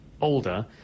older